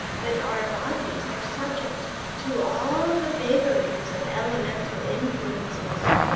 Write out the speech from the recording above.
that our bodies are subject to all the vagaries of elemental influences.